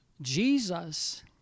Jesus